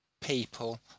people